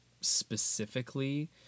specifically